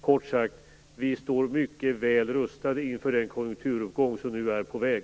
Kort sagt: Vi står mycket väl rustade inför den konjunkturuppgång som nu är på väg.